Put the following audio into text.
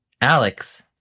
Alex